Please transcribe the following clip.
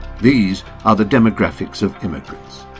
these are the demographics of immigrants.